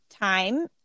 time